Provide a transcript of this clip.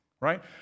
Right